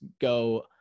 go